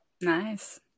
nice